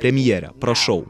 premjere prašau